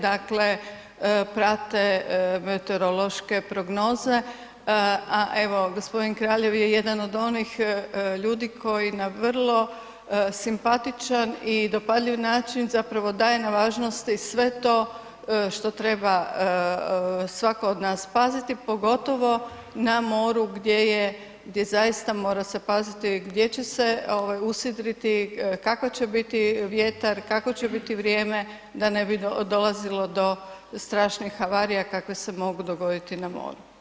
Dakle, prate meteorološke prognoze, a evo, g. Kraljev je jedan od onih ljudi koji na vrlo simpatičan i dopadljiv način zapravo daje na važnosti sve to što treba svatko od nas paziti, pogotovo na moru gdje je, gdje zaista mora se paziti gdje će se usidriti, kakva će biti vjetar, kakvo će biti vrijeme da ne bi dolazilo do strašnih havarija kakve se mogu dogoditi na moru.